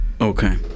Okay